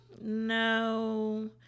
No